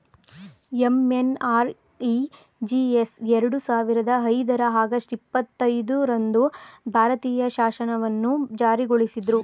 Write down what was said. MNREGS ಎರಡು ಸಾವಿರದ ಐದರ ಆಗಸ್ಟ್ ಇಪ್ಪತ್ತೈದು ರಂದು ಭಾರತೀಯ ಶಾಸನವನ್ನು ಜಾರಿಗೊಳಿಸಿದ್ರು